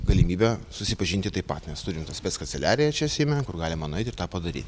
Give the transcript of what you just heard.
galimybę susipažinti taip pat nes turim tą spec kanceliariją čia seime kur galima nueit ir tą padary